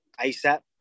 ASAP